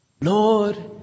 Lord